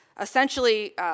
essentially